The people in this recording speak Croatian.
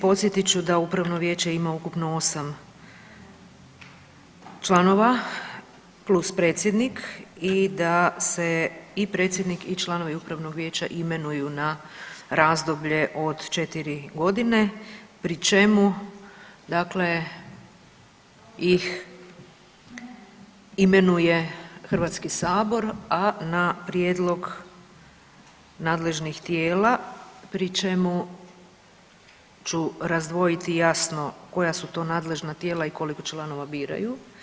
Podsjetit ću da upravno vijeće ima ukupno 8 članova plus predsjednik i da se i predsjednik i članovi upravnog vijeća imenuju na razdoblje od 4.g. pri čemu dakle ih imenuje HS, a na prijedlog nadležnih tijela pri čemu ću razdvojiti jasno koja su to nadležna tijela i koliko članova biraju.